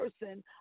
person